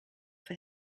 for